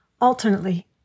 Alternately